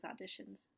auditions